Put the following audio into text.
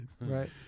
Right